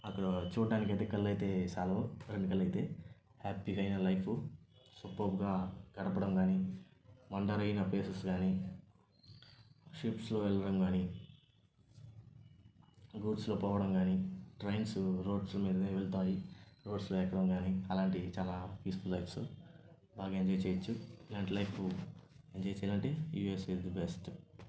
అక్కడ చూడడానికైతే కళ్ళు అయితే చాలవు రెండు కళ్ళు అయితే హ్యాపీగా అయిన లైఫ్ సూపర్బ్గా గడపడం కానీ వండర్ అయిన ప్లేసెస్ కానీ షిప్స్లో వెళ్లడం కానీ గూడ్స్లో పోవడం కానీ ట్రైన్స్ రోడ్స్ మీదనే వెళ్తాయి రోడ్స్లో వెక్కడం కానీ అలాంటివి చాలా యూస్ఫుల్ లైఫ్స్ బాగా ఎంజాయ్ చేయొచ్చు ఇలాంటి లైఫ్ ఎంజాయ్ చేయాలి అంటే యూఎస్ఏ ఇస్ ద బెస్ట్